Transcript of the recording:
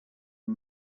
and